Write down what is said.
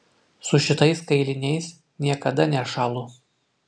su šitais kailiniais niekada nešąlu